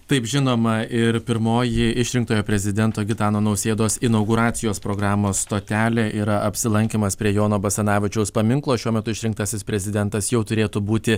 taip žinoma ir pirmoji išrinktojo prezidento gitano nausėdos inauguracijos programos stotelė yra apsilankymas prie jono basanavičiaus paminklo šiuo metu išrinktasis prezidentas jau turėtų būti